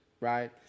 right